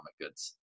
goods